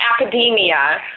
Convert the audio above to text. academia